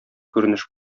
күренеш